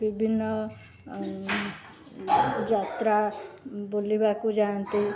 ବିଭିନ୍ନ ଯାତ୍ରା ବୁଲିବାକୁ ଯାଆନ୍ତି